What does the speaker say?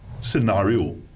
scenario